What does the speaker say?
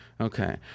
okay